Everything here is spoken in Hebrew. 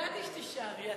ידעתי שתישארי.